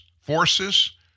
forces